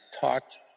talked